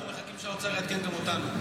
אנחנו מחכים שהאוצר יעדכן גם אותנו.